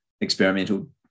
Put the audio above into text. experimental